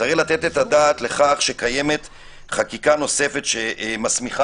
צריך לתת את הדעת לכך שקיימת חקיקה נוספת שמסמיכה